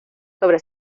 sobre